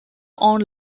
own